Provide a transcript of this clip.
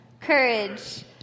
Courage